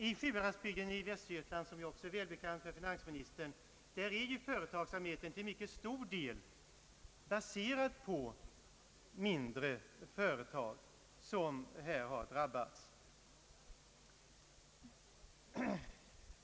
I Sjuhäradsbygden i Västergötland, som ju är välbekant för finansministern, är företagsamheten till mycket stor del baserad på mindre företag, som här har drabbats.